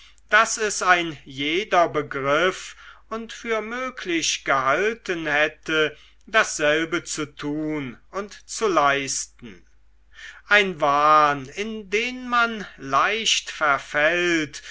daß es ein jeder begriff und für möglich gehalten hätte dasselbe zu tun und zu leisten ein wahn in den man leicht verfällt